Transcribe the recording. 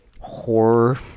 horror